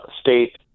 state